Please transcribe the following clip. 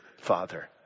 father